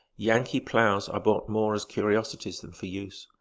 yankee plows are bought more as curiosities than for use.